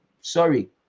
Sorry